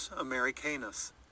Americanus